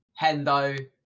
Hendo